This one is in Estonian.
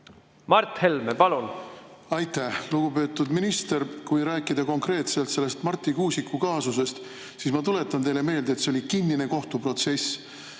praktika? Aitäh! Lugupeetud minister! Kui rääkida konkreetselt sellest Marti Kuusiku kaasusest, siis ma tuletan teile meelde, et see oli kinnine kohtuprotsess.